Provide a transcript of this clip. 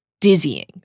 dizzying